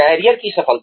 career की सफलता